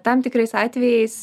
tam tikrais atvejais